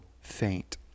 faint